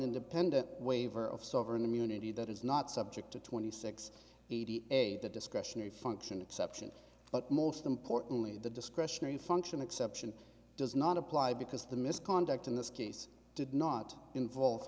independent waiver of sovereign immunity that is not subject to twenty six eighty eight the discretionary function exception but most importantly the discretionary function exception does not apply because the misconduct in this case did not involve